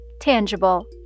tangible